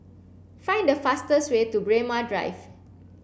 find the fastest way to Braemar Drive